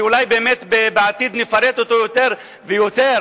שאולי בעתיד נפרט אותו יותר ויותר.